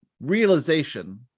realization